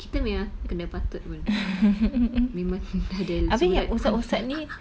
kita memang kena patut pun